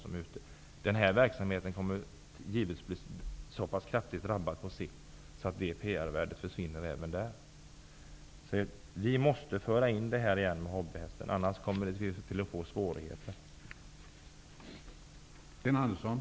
Om den här verksamheten fortsätter att drabbas skattemässigt kommer detta PR-värde på sikt att försvinna.